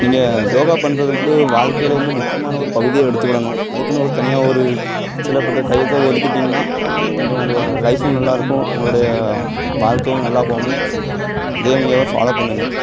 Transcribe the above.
நீங்கள் யோகா பண்ணுறது வந்து வாழ்க்கையில வந்து முக்கியமான ஒரு பகுதியாக எடுத்துக்கிடணும் அதுக்குன்னு ஒரு தனியாக ஒரு சிலப்பட்ட டையத்தை ஒத்துக்கிட்டீங்கன்னால் கொஞ்சம் உங்க லைஃபும் நல்லாயிருக்கும் உங்களுடைய வாழ்க்கையும் நல்லா போகும் இதையே நீங்கள் ஃபாலோ பண்ணுங்க